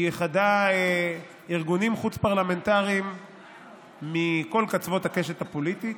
היא איחדה ארגונים חוץ-פרלמנטריים מכל קצוות הקשת הפוליטית,